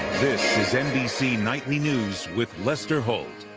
this is nbc nightly news with lester holt.